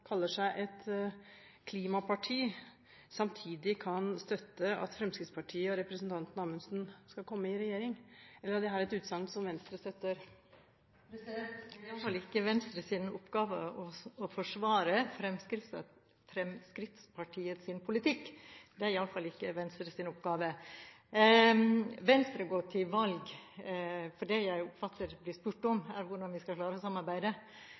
kaller seg et klimaparti, samtidig kan støtte at Fremskrittspartiet og representanten Amundsen skal komme i regjering. Er dette et utsagn som Venstre støtter? Det er iallfall ikke Venstres oppgave å forsvare Fremskrittspartiets politikk. Det er iallfall ikke Venstres oppgave. Det jeg oppfatter å bli spurt om, er hvordan vi skal klare å samarbeide